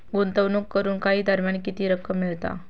गुंतवणूक करून काही दरम्यान किती रक्कम मिळता?